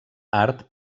art